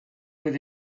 with